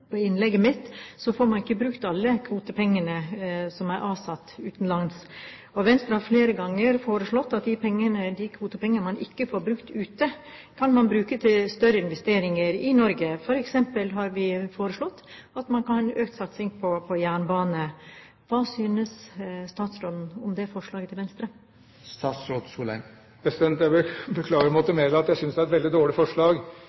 innlegget mitt, får man ikke brukt alle kvotepengene som er avsatt utenlands. Venstre har flere ganger foreslått at de kvotepengene man ikke får brukt ute, kan man bruke til større investeringer i Norge. Vi har f.eks. foreslått at man kan øke satsingen på jernbane. Hva synes statsråden om det forslaget fra Venstre? Jeg beklager å måtte meddele at jeg synes det er et veldig dårlig forslag,